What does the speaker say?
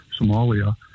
Somalia